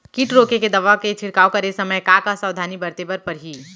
किट रोके के दवा के छिड़काव करे समय, का का सावधानी बरते बर परही?